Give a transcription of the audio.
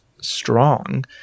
strong